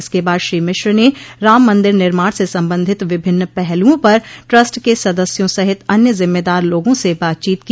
इसके बाद श्री मिश्र ने राम मंदिर निर्माण से संबंधित विभिन्न पहलुओं पर ट्रस्ट के सदस्यों सहित अन्य जिम्मेदार लोगों से बातचीत की